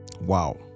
Wow